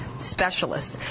specialists